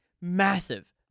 massive